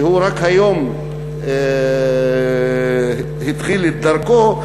שרק היום התחיל את דרכו,